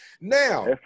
Now